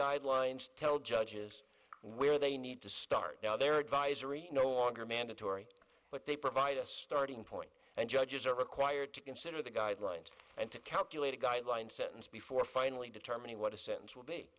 guidelines tell judges where they need to start now they're advisory no longer mandatory but they provide a starting point and judges are required to consider the guidelines and to calculate a guideline sentence before finally determining what the sentence would be